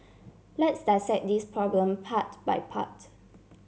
let's dissect this problem part by part